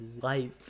life